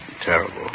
Terrible